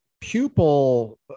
pupil